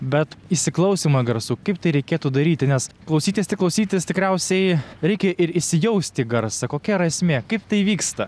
bet įsiklausymą garsų kaip tai reikėtų daryti nes klausytis tik klausytis tikriausiai reikia ir įsijaust į garsą kokia yra esmė kaip tai vyksta